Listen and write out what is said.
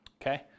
Okay